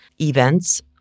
events